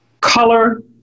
color